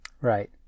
Right